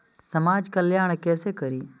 समाज कल्याण केसे करी?